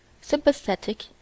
sympathetic